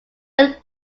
when